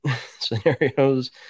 scenarios